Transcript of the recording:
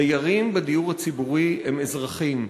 דיירים בדיור הציבורי הם אזרחים.